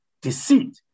deceit